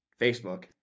Facebook